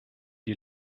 die